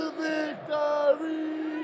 victory